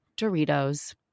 Doritos